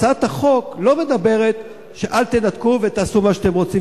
הצעת החוק לא מדברת: אל תנתקו ותעשו מה שאתם רוצים,